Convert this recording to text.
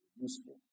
useful